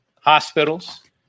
hospitals